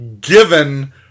given